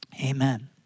amen